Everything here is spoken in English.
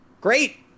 Great